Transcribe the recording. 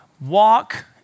walk